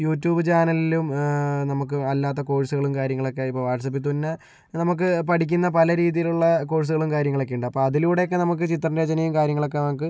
YouTube ചാനലിലും നമുക്ക് അല്ലാത്ത കോഴ്സുകളും കാര്യങ്ങളൊക്കെ ഇപ്പോൾ വാട്ട്സ്ആപ്പിൽ തന്നെ നമുക്ക് പഠിക്കുന്ന പല രീതിയിലുള്ള കോഴ്സുകളും കാര്യങ്ങളൊക്കെ ഉണ്ട് അപ്പം അതിലൂടെയൊക്കെ നമുക്ക് ചിത്രരചനയും കാര്യങ്ങളൊക്കെ നമുക്ക്